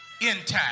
intact